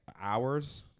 hours